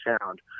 sound